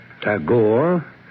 Tagore